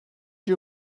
you